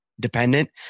Dependent